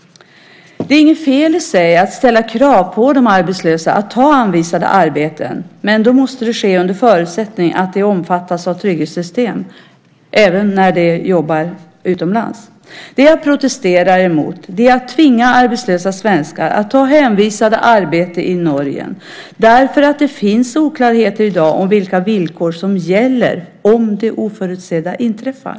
Det är inget fel i sig att ställa krav på de arbetslösa att ta anvisade arbeten, men då måste det ske under förutsättning att de omfattas av trygghetssystem även när de jobbar utomlands. Det jag protesterar emot är att tvinga arbetslösa svenskar att ta hänvisade arbeten i Norge, därför att det finns oklarheter i dag om vilka villkor som gäller om det oförutsedda inträffar.